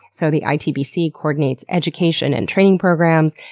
so, the itbc coordinates education, and training programs,